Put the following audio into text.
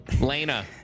Lena